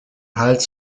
hals